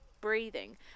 breathing